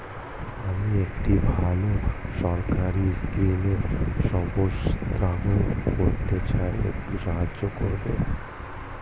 আমি একটি ভালো সরকারি স্কিমে সাব্সক্রাইব করতে চাই, একটু সাহায্য করবেন?